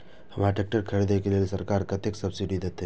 हमरा ट्रैक्टर खरदे के लेल सरकार कतेक सब्सीडी देते?